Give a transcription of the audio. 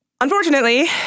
unfortunately